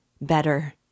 Better